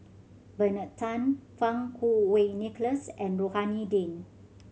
Bernard Tan Fang Kuo Wei Nicholas and Rohani Din